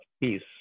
peace